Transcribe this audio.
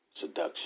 Seduction